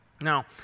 Now